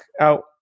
out